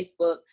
Facebook